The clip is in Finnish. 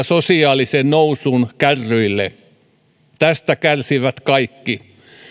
sosiaalisen nousun kärryille tästä kärsivät kaikki